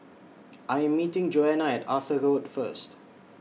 I Am meeting Joana At Arthur Road First